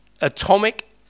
atomic